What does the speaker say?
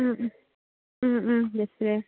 um um um um display